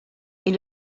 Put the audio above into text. est